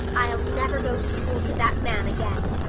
i'll never go to school to that man again.